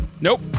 Nope